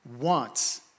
wants